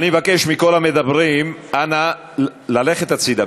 אני מבקש מכל המדברים, אנא, ללכת הצדה.